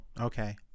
Okay